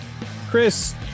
Chris